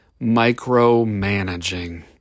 Micromanaging